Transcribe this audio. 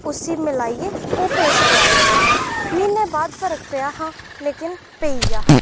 उसी मिलाइयै ओह् पेस्ट लाई ही म्हीने बाद फर्क पेआ हा लेकिन पेई गेआ हा